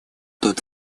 тот